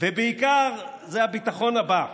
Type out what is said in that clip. ובעיקר זה הביטחון הבא: